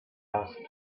asked